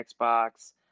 xbox